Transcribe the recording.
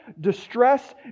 distress